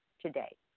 today